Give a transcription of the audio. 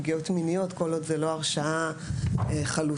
כל עוד לא מדובר בהרשעה חלוטה,